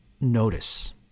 notice